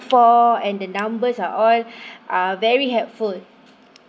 for and the numbers are all uh very helpful